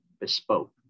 bespoke